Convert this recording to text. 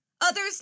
Others